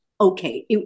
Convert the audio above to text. okay